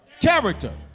character